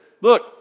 look